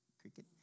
cricket